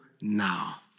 now